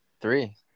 three